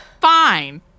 Fine